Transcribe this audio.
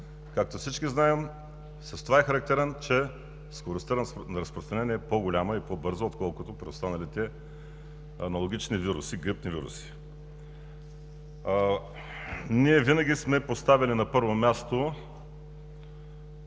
както всички знаем, е характерен с това, че скоростта на разпространение е по-голяма и по-бърза отколкото при останалите аналогични грипни вируси. Ние винаги сме поставяли на първо място